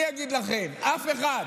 אני אגיד לכם: אף אחד.